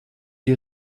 die